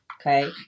Okay